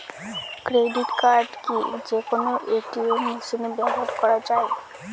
Credit card কি যে কোনো এ.টি.এম মেশিনে ব্যবহার করা য়ায়?